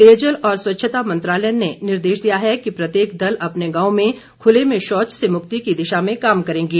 पेयजल और स्वच्छता मंत्रालय ने निर्देश दिया है कि प्रत्येक दल अपने गांव में खुले में शौच से मुक्ति की दिशा में काम करेंगे